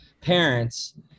Parents